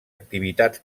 activitats